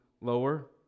lower